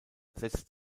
setzt